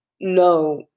No